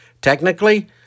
Technically